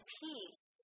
peace